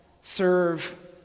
serve